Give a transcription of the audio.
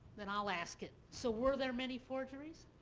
then i'll ask it. so were there many forgeries?